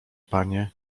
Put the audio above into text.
panie